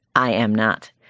i am not.